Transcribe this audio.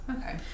okay